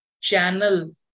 channel